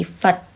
Phật